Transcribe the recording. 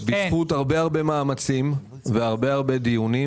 בזכות הרבה הרבה מאמצים והרבה הרבה דיונים,